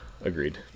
agreed